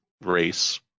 race